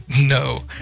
No